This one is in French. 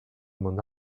mon